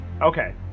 okay